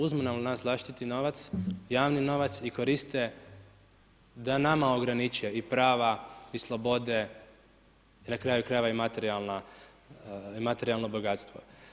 Uzmu nam naš vlastiti novac, javni novac i koriste da nama ograniče i prava i slobode i na kraju krajeva materijalno bogatstvo.